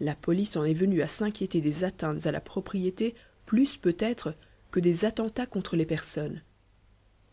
la police en est venue à s'inquiéter des atteintes à la propriété plus peut-être que des attentats contre les personnes